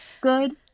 good